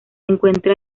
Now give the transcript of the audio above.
encuentra